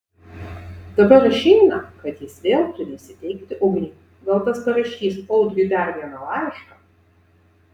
dabar išeina kad jis vėl turi įsiteikti ugniui gal tas parašys audriui dar vieną laišką